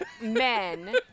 men